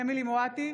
אמילי חיה מואטי,